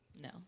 no